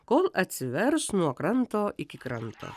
kol atsivers nuo kranto iki kranto